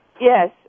Yes